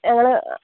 ഞങ്ങൾ